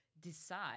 decide